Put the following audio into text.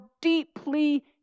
deeply